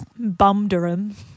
Bumderum